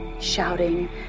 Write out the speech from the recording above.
shouting